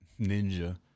Ninja